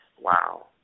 wow